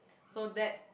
so that